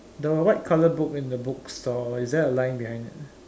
the white color book in the bookstore is there a line behind it